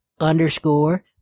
underscore